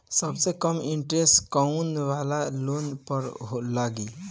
सबसे कम इन्टरेस्ट कोउन वाला लोन पर लागी?